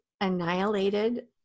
annihilated